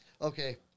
okay